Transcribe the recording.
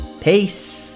Peace